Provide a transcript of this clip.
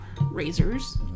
razors